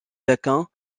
deakin